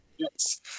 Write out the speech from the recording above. Yes